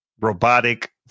robotic